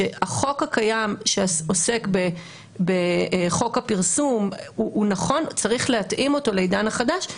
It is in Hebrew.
שהחוק הקיים שעוסק בחוק הפרסום הוא נכון וצריך להתאים אותו לעידן החדש,